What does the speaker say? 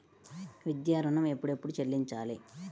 విద్యా ఋణం ఎప్పుడెప్పుడు చెల్లించాలి?